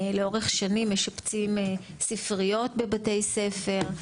לאורך שנים משפצים ספריות בבתי ספר,